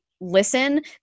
listen